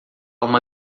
uma